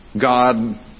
God